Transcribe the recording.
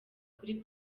kuri